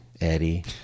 Eddie